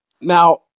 Now